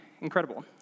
incredible